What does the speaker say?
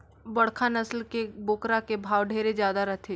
बड़खा नसल के बोकरा के भाव ढेरे जादा रथे